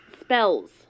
spells